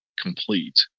complete